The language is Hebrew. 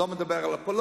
אני לא מדבר על הפלות,